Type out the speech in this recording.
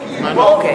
בוודאי.